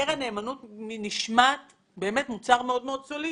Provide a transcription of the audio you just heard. קרן נאמנות נשמעת מוצר מאוד מאוד סולידי,